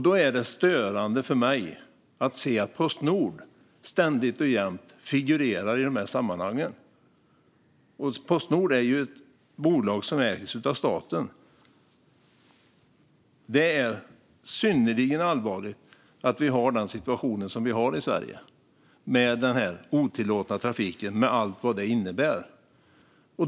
Då är det störande för mig att se att Postnord jämt och ständigt figurerar i de här sammanhangen. Postnord är ju ett bolag som ägs av staten. Det är synnerligen allvarligt att vi har den situation som vi har i Sverige med denna otillåtna trafik med allt vad det innebär.